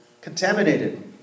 contaminated